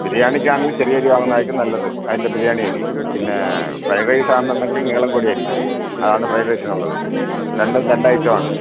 ബിരിയാണിക്കാണെങ്കിൽ ചെറിയരി വാങ്ങുന്നതായിരിക്കും നല്ലത് അതിൻ്റെ ബിരിയാണി അരി പിന്നെ ഫ്രൈഡ് റൈസാണെന്നുണ്ടെങ്കിൽ നീളം കൂടിയ അരി അതാണ് ഫ്രൈഡ് റൈസിനുള്ളത് രണ്ടും രണ്ടയിറ്റാണ്